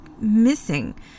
missing